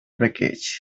wreckage